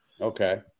Okay